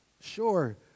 Sure